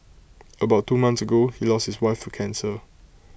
about two months ago he lost his wife to cancer